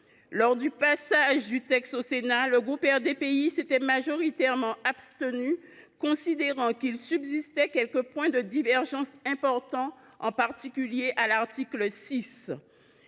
du projet de loi au Sénat, le groupe RDPI s’était majoritairement abstenu, considérant qu’il subsistait quelques points de divergence importants, en particulier à l’article 6.